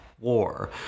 war